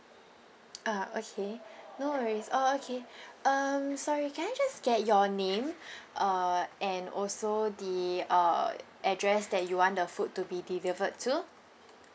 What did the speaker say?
ah okay no worries oh okay um sorry can I just get your name uh and also the uh address that you want the food to be delivered to